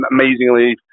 amazingly